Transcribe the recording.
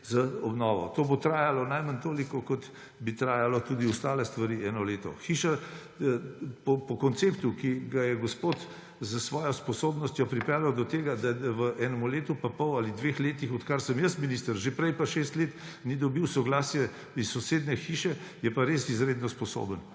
z obnovo. To bo trajalo najmanj toliko, kot bi trajale tudi ostale stvari. Eno leto. Hiša po konceptu, ki ga je gospod s svojo sposobnostjo pripeljal do tega, da v enem letu in pol ali dveh letih, odkar sem jaz minister, že prej pa šest let, ni dobil soglasja iz sosedje hiše, je pa res izredno sposoben.